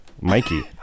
Mikey